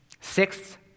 Sixth